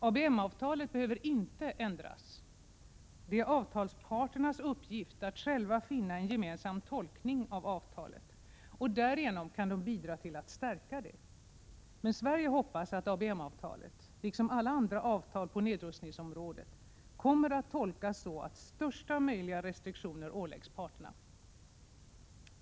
ABM-avtalet behöver inte ändras. Det är avtalsparternas uppgift att själva finna en gemensam tolkning av avtalet. Därigenom kan de bidra till att stärka det. Men Sverige hoppas att ABM-avtalet, liksom alla andra avtal på nedrustningsområdet, kommer att tolkas så att största möjliga restriktioner åläggs parterna.